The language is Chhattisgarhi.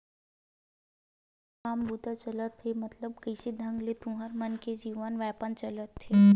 तुँहर मन घर का काम बूता चलथे गा मतलब कइसे ढंग ले तुँहर मन के जीवन यापन चलथे?